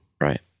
Right